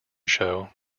show